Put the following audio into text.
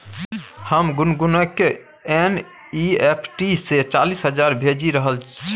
हम गुनगुनकेँ एन.ई.एफ.टी सँ चालीस हजार भेजि रहल छलहुँ